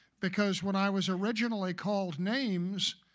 because when i was originally called names,